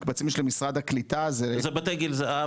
מקבצים יש למשרד הקליטה --- זה בתי גיל זהב.